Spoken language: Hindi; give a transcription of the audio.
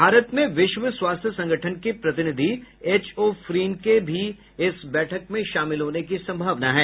भारत में विश्व स्वास्थ्य संगठन के प्रतिनिधि एच ओ फ्रिन के भी इस बैठक में शामिल होने की संभावना है